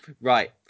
Right